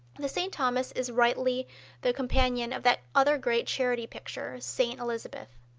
the st. thomas is rightly the companion of that other great charity picture, st. elizabeth.